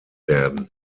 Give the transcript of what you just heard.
werden